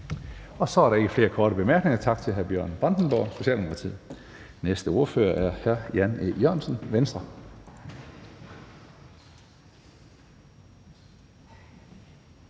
Så er der ikke flere korte bemærkninger. Tak til hr. Bjørn Brandenborg, Socialdemokratiet. Næste ordfører er hr. Jan E. Jørgensen, Venstre.